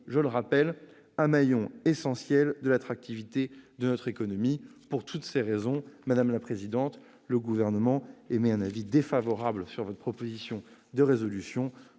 je le rappelle, un maillon essentiel de l'attractivité de notre économie. Pour toutes ces raisons, le Gouvernement émet un avis défavorable sur la présente proposition de résolution,